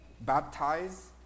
baptize